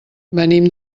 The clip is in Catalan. venim